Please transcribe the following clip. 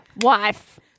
wife